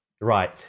Right